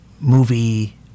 movie